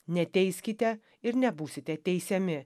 neteiskite ir nebūsite teisiami